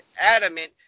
adamant